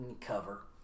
Cover